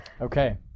Okay